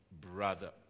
brother